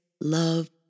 love